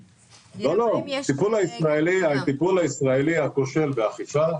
לא, לא - הטיפול הישראלי הכושל באכיפה.